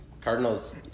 Cardinals